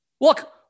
Look